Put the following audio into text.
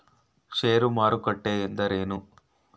ಷೇರು ಮಾರುಕಟ್ಟೆ ಎಂದರೇನು?